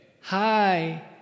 Hi